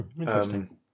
Interesting